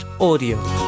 audio